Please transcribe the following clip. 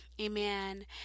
Amen